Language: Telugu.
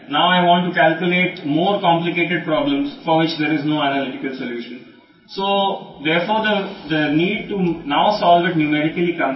విశ్లేషణాత్మక పరిష్కారం లేని మరింత క్లిష్టమైన సమస్యలను ఇప్పుడు మనం పరిష్కరించాలనుకుంటున్నాము